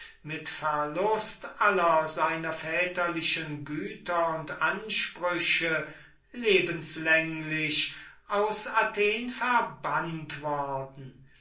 mit verlust aller seiner väterlichen güter und ansprüche lebenslänglich aus athen verbannt worden